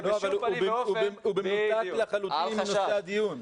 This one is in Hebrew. אבל זה בשום פנים ואופן --- זה מנותק לחלוטין מנושא הדיון.